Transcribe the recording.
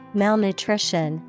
malnutrition